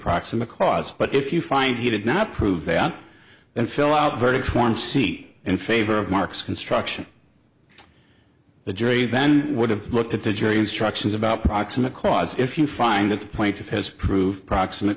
proximate cause but if you find he did not prove they out and fill out verdict form seat in favor of mark's construction the jury then would have looked at the jury instructions about proximate cause if you find that the plaintiff has proved proximate